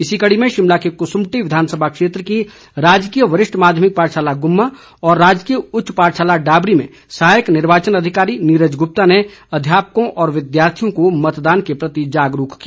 इसी कडी में शिमला के कसुम्पटी विधानसभा क्षेत्र की राजकीय वरिष्ठ माध्यमिक पाठशाला गुम्मा और राजकीय उच्च पाठशाला डाबरी में सहायक निर्वाचन अधिकारी नीरज गुप्ता ने अध्यापकों व विद्यार्थियों को मतदान के प्रति जागरूक किया